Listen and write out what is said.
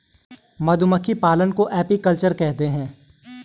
मधुमक्खी पालन को एपीकल्चर कहते है